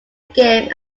game